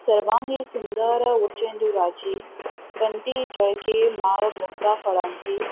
सर्वांगी सुंदर उट शेंदुराची कंठी झलके माळ मुक्ताफळांची